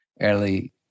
early